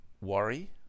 worry